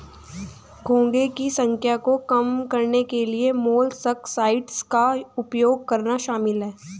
घोंघे की संख्या को कम करने के लिए मोलस्कसाइड्स का उपयोग करना शामिल है